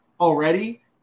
already